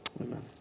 amen